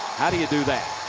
how do you do that?